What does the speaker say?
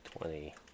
twenty